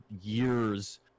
years